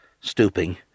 Stooping